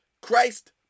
christ